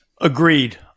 Agreed